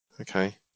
Okay